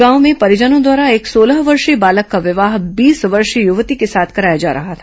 गांव में परिजनों द्वारा एक सोलह वर्षीय बालक का विवाह बीस वर्षीय युवती के साथ कराया जा रहा था